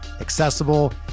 accessible